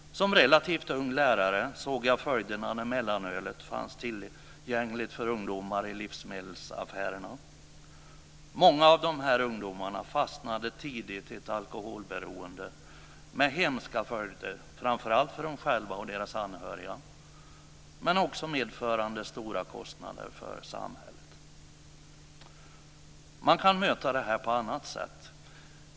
Som relativt ung lärare såg jag följderna när mellanölet fanns tillgängligt för ungdomar i livsmedelsaffärerna. Många av ungdomarna fastnade tidigt i ett alkoholberoende med hemska följder framför allt för dem själva och deras anhöriga men också medförande stora kostnader för samhället. Det går att möta detta på annat sätt.